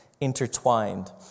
intertwined